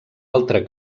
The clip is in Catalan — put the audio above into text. altra